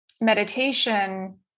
meditation